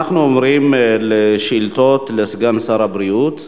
אנחנו עוברים לשאילתות לסגן שר הבריאות.